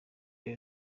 rero